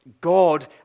God